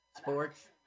Sports